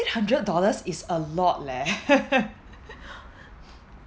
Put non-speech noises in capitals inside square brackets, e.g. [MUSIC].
eight hundred dollars is a lot leh [LAUGHS]